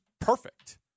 perfect